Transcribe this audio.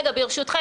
ברשותכם,